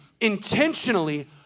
intentionally